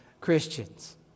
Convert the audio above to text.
Christians